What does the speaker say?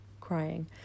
crying